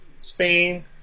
Spain